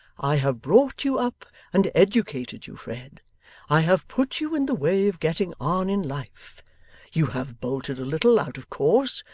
i have brought you up and educated you, fred i have put you in the way of getting on in life you have bolted a little out of course,